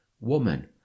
Woman